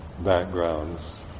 backgrounds